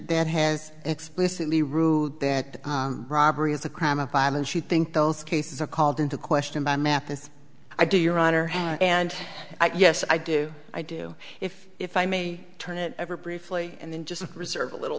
that has explicitly rude that the robbery is a crime of violence you think those cases are called into question by map and i do your honor and yes i do i do if if i may turn it over briefly and then just reserve a little